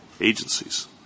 agencies